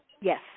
yes